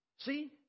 See